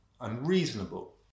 unreasonable